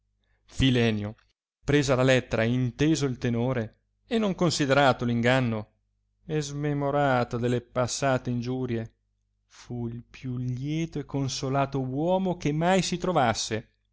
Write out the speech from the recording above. filenio presa la lettera e inteso il tenore e non considerato inganno e smemorato delle passate ingiurie fu il più lieto e consolato uomo che mai si trovasse